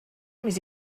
més